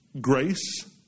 grace